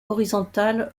horizontales